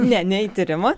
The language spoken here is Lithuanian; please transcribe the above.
ne ne į tyrimą